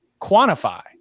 quantify